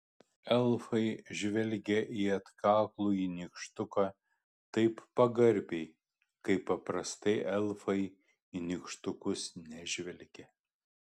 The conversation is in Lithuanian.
elfai žvelgė į atkaklųjį nykštuką taip pagarbiai kaip paprastai elfai į nykštukus nežvelgia